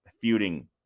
feuding